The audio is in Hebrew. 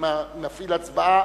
מפעיל את ההצבעה